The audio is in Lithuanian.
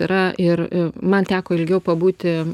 yra ir man teko ilgiau pabūti